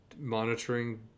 monitoring